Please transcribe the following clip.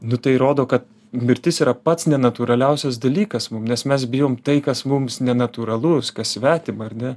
nu tai rodo kad mirtis yra pats nenatūraliausias dalykas mum nes mes bijom tai kas mums nenatūralus kas svetima ar ne